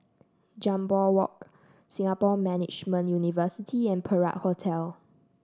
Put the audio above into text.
Jambol Walk Singapore Management University and Perak Hotel